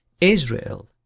Israel